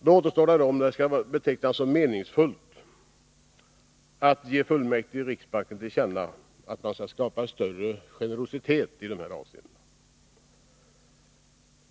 Då återstår frågan om det skall betecknas som meningsfullt att ge fullmäktige i riksbanken till känna att man skall skapa större generositet i de här avseendena.